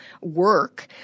work